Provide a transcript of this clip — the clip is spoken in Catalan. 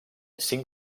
cinc